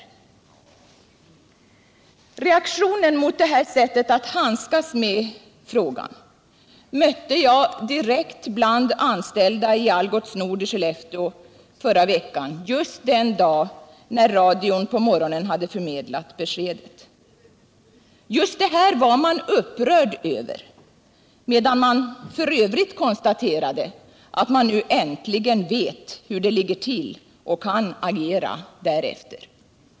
Torsdagen den Reaktionen mot det här sättet att handskas med frågan mötte jag direkt 16 mars 1978 bland anställda i Algots Nord i Skellefteå den dag i förra veckan när radion på morgonen hade förmedlat beskedet. Just det här var man upprörd över, För. medan man f. ö. konstaterade att man nu äntligen vet hur det ligger till och kan agera därefter.